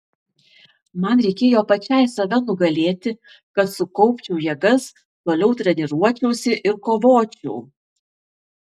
man reikėjo pačiai save nugalėti kad sukaupčiau jėgas toliau treniruočiausi ir kovočiau